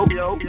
yo